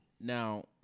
Now